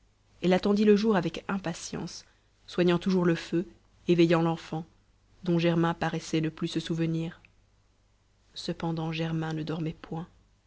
elle attendit le jour avec impatience soignant toujours le feu et veillant l'enfant dont germain paraissait ne plus se souvenir cependant germain ne dormait point